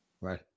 Right